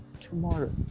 Tomorrow